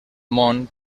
món